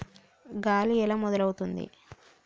గాలి ఎలా మొదలవుతుంది?